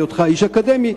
מהיותך איש אקדמי,